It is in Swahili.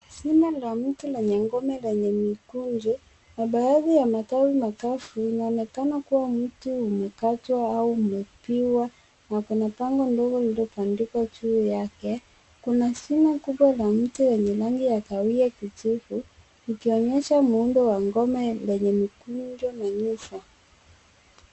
Shina la mti lenye ngome lenye mikunjo na baadhi ya matawi makavu. Inaonekana kuwa mti umekatwa au umepinda na kuna bango mbele lililobandikwa juu yake. Kuna shina kubwa la mti wenye rangi ya kahawia kijivu. Ikionyesha muundo wa ngome yenye mikunjo minyofu.